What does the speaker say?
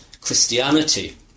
Christianity